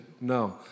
no